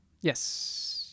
Yes